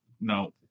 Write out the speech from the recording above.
no